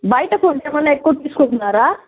బయట ఫుడ్స్ ఏమన్న ఎక్కువ తీసుకుంటున్నారా